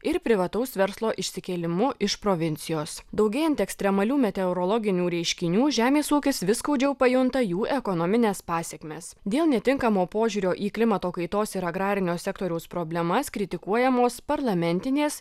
ir privataus verslo išsikėlimu iš provincijos daugėjant ekstremalių meteorologinių reiškinių žemės ūkis vis skaudžiau pajunta jų ekonomines pasekmes dėl netinkamo požiūrio į klimato kaitos ir agrarinio sektoriaus problemas kritikuojamos parlamentinės